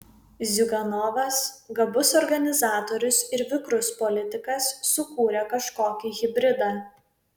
ziuganovas gabus organizatorius ir vikrus politikas sukūrė kažkokį hibridą